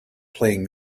playing